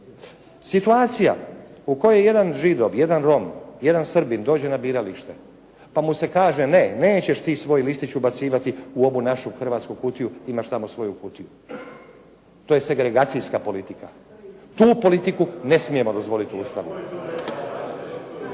Situacija u kojoj jedan Židov, jedan Rom, jedan Srbin dođe na biralište, pa mu se kaže ne, nećeš ti svoj listić ubacivati u ovu našu hrvatsku kutiju, imaš tamo svoju kutiju. To je segregacijska politika. Tu politiku ne smijemo dozvoliti u Ustavu.